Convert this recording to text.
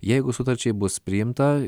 jeigu sutarčiai bus priimta